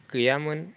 गैयामोन